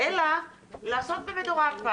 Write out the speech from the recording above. אלא לעשות במדורג,